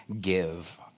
give